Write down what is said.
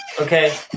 okay